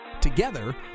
Together